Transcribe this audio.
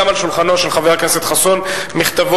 גם על שולחנו של חבר הכנסת חסון מכתבו,